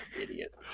Idiot